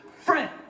friend